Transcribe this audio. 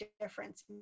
difference